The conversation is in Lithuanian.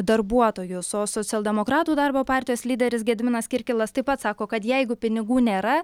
darbuotojus o socialdemokratų darbo partijos lyderis gediminas kirkilas taip pat sako kad jeigu pinigų nėra